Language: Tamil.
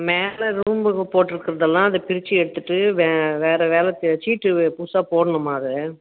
மேலே ரூம்முக்கு போட்டிருக்குறதெல்லாம் அதை பிரித்து எடுத்துவிட்டு வே வேறு வேறு சீட்டு புதுசாக போடணுமா அது